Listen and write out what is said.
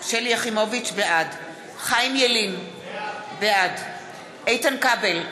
יחימוביץ, בעד חיים ילין, בעד איתן כבל,